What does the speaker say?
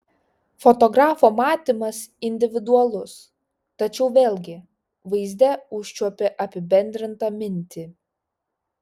fotografo matymas individualus tačiau vėlgi vaizde užčiuopi apibendrintą mintį